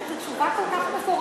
אני אומרת, זאת תשובה כל כך מפורטת.